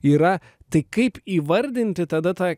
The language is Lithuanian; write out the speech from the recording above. yra tai kaip įvardinti tada tą